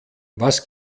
was